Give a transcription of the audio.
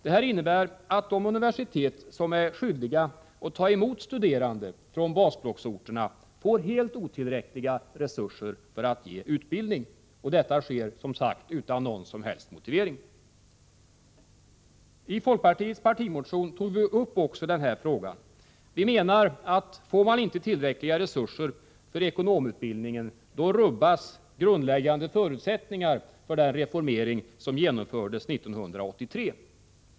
Konsekvensen blir att de universitet som är skyldiga att ta emot studerande från basblocksorter får helt otillräckliga resurser för att ge utbildning. Detta sker som sagt utan någon som helst motivering. I folkpartiets partimotion tog vi upp också den här frågan. Vi menar att om man inte får tillräckliga resurser för ekonomutbildningen, då rubbas grundläggande förutsättningar för den reformering som genomfördes 1983.